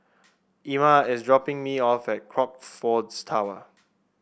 Ima is dropping me off at Crockfords Tower